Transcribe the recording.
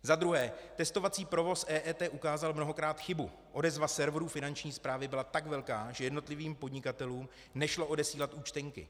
Za druhé, testovací provoz EET ukázal mnohokrát chybu, odezva serveru Finanční správy byla tak velká, že jednotlivým podnikatelům nešlo odesílat účtenky.